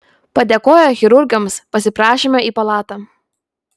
padėkoję chirurgams pasiprašėme į palatą